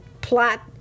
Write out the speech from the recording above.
plot